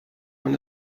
man